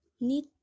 need